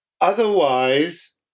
Otherwise